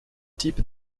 type